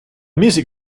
music